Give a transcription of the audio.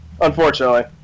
unfortunately